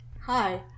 Hi